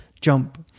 Jump